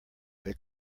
they